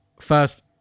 first